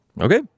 Okay